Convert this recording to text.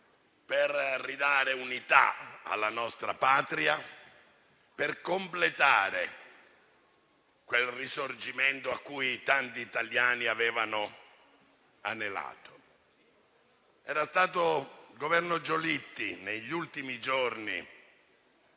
per ridare unità alla nostra Patria, per completare quel Risorgimento a cui tanti italiani avevano anelato. Era stato il governo Giolitti negli ultimi giorni